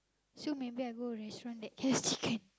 so maybe I go restaurant that has chicken